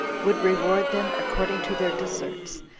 would reward them according to their deserts,